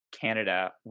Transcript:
canada